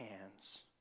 hands